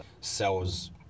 sells